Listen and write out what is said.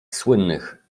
słynnych